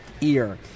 ear